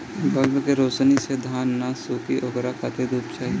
bulb के रौशनी से धान न सुखी ओकरा खातिर धूप चाही